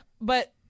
But-